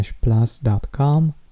plus.com